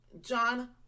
John